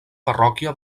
parròquia